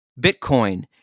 Bitcoin